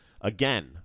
again